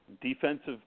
defensive